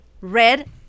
red